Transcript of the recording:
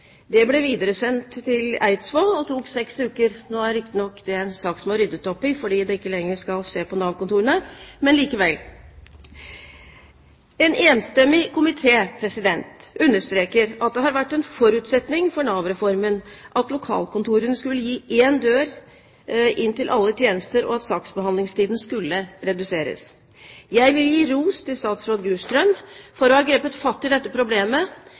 Det ble videresendt til Eidsvoll og tok seks uker. Nå er riktignok det en sak som nå er ryddet opp i, fordi det ikke lenger skal skje på Nav-kontorene, men likevel. En enstemmig komité understreker at det har vært en forutsetning for Nav-reformen at lokalkontorene skulle gi én dør inn til alle tjenester, og at saksbehandlingstiden skulle reduseres. Jeg vil gi ros til statsråd Bjurstrøm for å ha grepet fatt i dette problemet